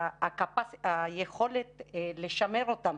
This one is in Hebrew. היכולת לשמר אותם